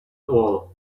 all